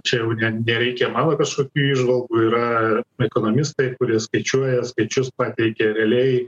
čia jau ne nereikia mano kokių įžvalgų yra ekonomistai kurie skaičiuoja skaičius pateikia realiai